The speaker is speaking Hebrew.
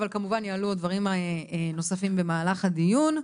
אבל כמובן יעלו עוד דברים נוספים במהלך הדיון.